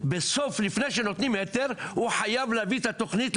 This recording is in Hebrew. לפני שנותנים היתר הוא חייב להביא את התוכנית,